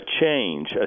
change